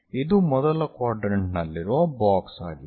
ಇದು ಮೊದಲ ಕ್ವಾಡ್ರೆಂಟ್ ನಲ್ಲಿರುವ ಬಾಕ್ಸ್ ಆಗಿದೆ